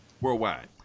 worldwide